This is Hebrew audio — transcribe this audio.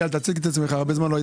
מה עם